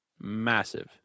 Massive